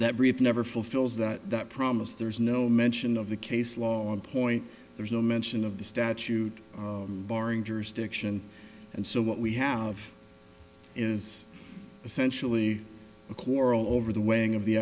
that brief never fulfills that promise there's no mention of the case law in point there's no mention of the statute barring jurisdiction and so what we have is essentially a quarrel over the weighing of the